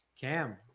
Cam